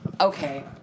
Okay